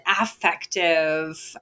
affective